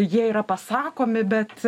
jie yra pasakomi bet